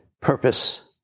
purpose